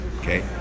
okay